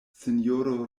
sinjoro